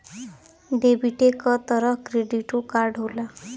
डेबिटे क तरह क्रेडिटो कार्ड होला